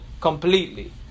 completely